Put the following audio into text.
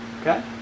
Okay